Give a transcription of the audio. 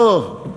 לא.